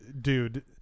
dude